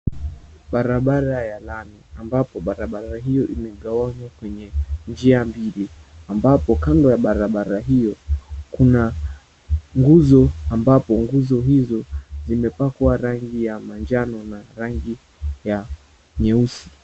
Barabara ya lami, ambapo barabara hiyo imegawanywa kwenye njia mbili. Ambapo kando ya barabara hiyo kuna nguzo, ambapo nguzo hizo zimepakwa rangi ya manjano na rangi ya nyeusi.